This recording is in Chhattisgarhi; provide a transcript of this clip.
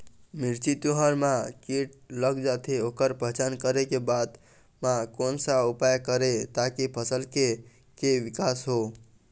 मिर्ची, तुंहर मा कीट लग जाथे ओकर पहचान करें के बाद मा कोन सा उपाय करें ताकि फसल के के विकास हो?